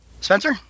Spencer